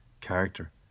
character